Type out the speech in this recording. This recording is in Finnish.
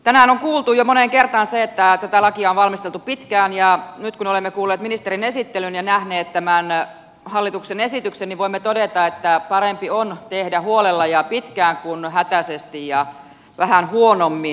tänään on kuultu jo moneen kertaan se että tätä lakia on valmisteltu pitkään ja nyt kun olemme kuulleet ministerin esittelyn ja nähneet tämän hallituksen esityksen voimme todeta että parempi on tehdä huolella ja pitkään kuin hätäisesti ja vähän huonommin